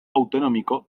autonómico